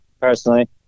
personally